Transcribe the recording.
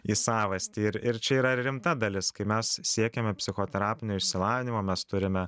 į savastį ir ir čia yra ir rimta dalis kai mes siekiame psichoterapinio išsilavinimo mes turime